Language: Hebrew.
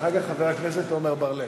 ואחר כך, חבר הכנסת עמר בר-לב.